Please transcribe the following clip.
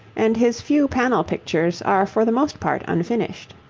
and his few panel pictures are for the most part unfinished.